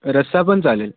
रस्सा पण चालेल